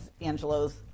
angelo's